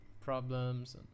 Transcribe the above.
problems